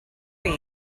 byd